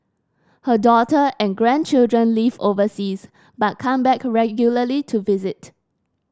her daughter and grandchildren live overseas but come back regularly to visit